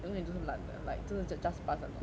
永远就是懒的 like 真的 just just pass 那种